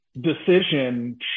decision